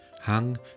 hung